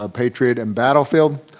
ah patriot and battlefield